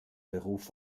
beruf